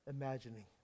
imagining